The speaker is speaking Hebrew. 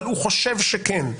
אבל הוא חושב שכן,